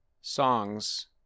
songs